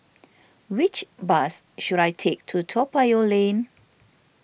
which bus should I take to Toa Payoh Lane